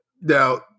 Now